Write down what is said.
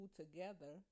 together